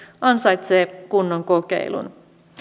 ansaitsee kunnon kokeilun